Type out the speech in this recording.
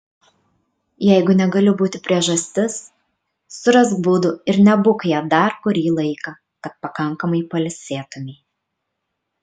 jeigu negali būti priežastis surask būdų ir nebūk ja dar kurį laiką kad pakankamai pailsėtumei